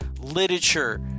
literature